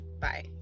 Bye